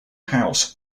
house